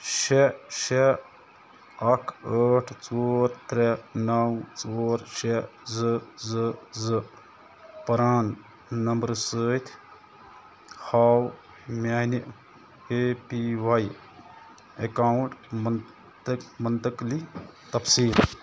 شےٚ شےٚ اَکھ ٲٹھ ژور ترٛےٚ نَو ژور شےٚ زٕ زٕ زٕ پرٛان نمبر سۭتۍ ہاو میٛانہِ اے پی واے اٮ۪کاوُںٛٹ مُنتق مُنتقلی تفصیٖل